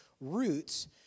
roots